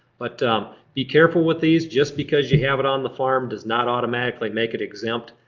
but um be careful with these. just because you have it on the farm does not automatically make it exempt.